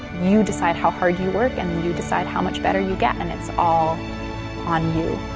you decide how hard you work, and and you decide how much better you get, and it's all on you.